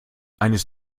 eines